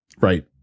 Right